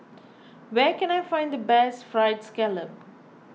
where can I find the best Fried Scallop